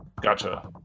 Gotcha